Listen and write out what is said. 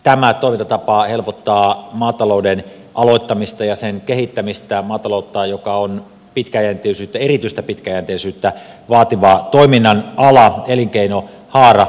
tämä toimintatapa helpottaa maatalouden aloittamista ja sen kehittämistä maataloutta joka on erityistä pitkäjänteisyyttä vaativa toiminnan ala elinkeinohaara